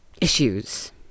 issues